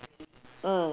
mm